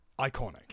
iconic